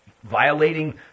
violating